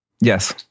yes